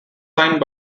signed